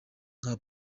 nka